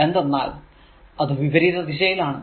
എന്തെന്നാൽ അത് വിപരീത ദിശ ആണ്